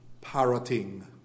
parroting